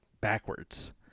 backwards